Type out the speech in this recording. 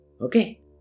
Okay